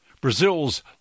brazil's